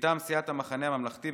מטעם סיעת המחנה הממלכתי,